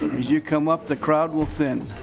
you come up the crowd within.